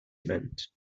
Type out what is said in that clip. events